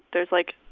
there's, like,